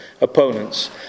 opponents